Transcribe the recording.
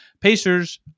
Pacers